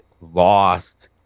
lost